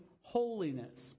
holiness